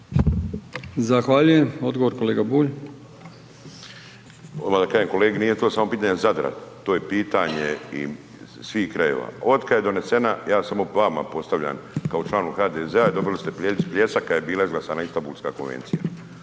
Zahvaljujem. Odgovor kolega Bulj. **Bulj, Miro (MOST)** Odmah da kažem kolegi, nije to samo pitanje Zadra, to je pitanje svih krajeva. Ja samo vama postavljam kao članu HDZ-a dobili ste pljesak kada je bila izglasavanja Istambulska konvencija